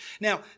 Now